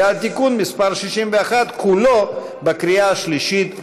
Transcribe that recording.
ועל תיקון מסי 61 כולו בקריאה השלישית שוב.